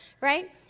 right